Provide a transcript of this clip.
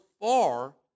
far